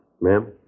Ma'am